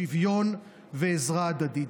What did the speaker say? שוויון ועזרה הדדית.